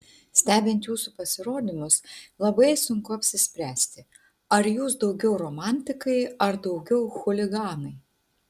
stebint jūsų pasirodymus labai sunku apsispręsti ar jūs daugiau romantikai ar daugiau chuliganai